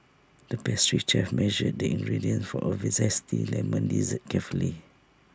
the pastry chef measured the ingredients for A we Zesty Lemon Dessert carefully